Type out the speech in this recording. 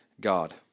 God